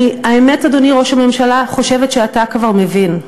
האמת, אדוני ראש הממשלה, אני חושבת שאתה כבר מבין.